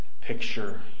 picture